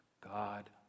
God